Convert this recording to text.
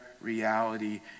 reality